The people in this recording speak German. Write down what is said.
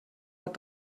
hat